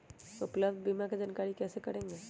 उपलब्ध बीमा के जानकारी कैसे करेगे?